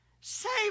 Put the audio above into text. Save